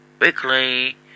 Weekly